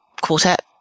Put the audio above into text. quartet